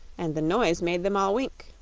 and the noise made them all wink.